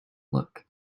look